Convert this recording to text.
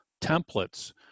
templates